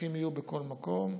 שהפקחים יהיו בכל מקום,